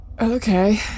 Okay